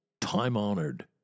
time-honored